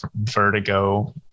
Vertigo